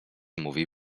mówił